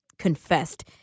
confessed